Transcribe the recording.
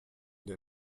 der